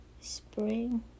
Spring